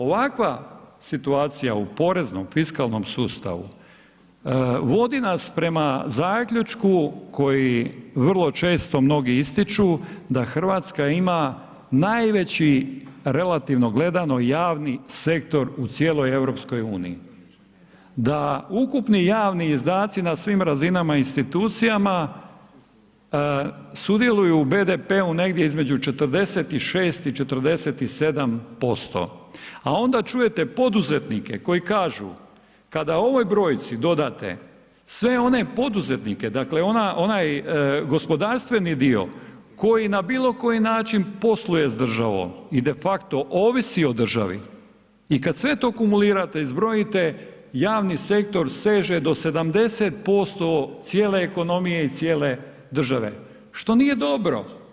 Ovakva situacija u poreznom, fiskalnom sustavu vodi nas prema zaključku koji vrlo često mnogi ističu, da Hrvatska ima najveći relativno gledano, javni sektor u cijeloj EU, da ukupni javni izdaci na svim razinama, institucijama sudjeluju u BDP-u negdje između 46 i 47% a onda čujete poduzetnike koji kažu kada ovoj brojci dodate sve one poduzetnike, dakle onaj gospodarstveni dio koji na bilokoji način posluje s državom i de facto ovisi o državi i kad sve to akumulirate i zbrojite, javni sektor seže do 70% cijele ekonomije i cijele države što nije dobro.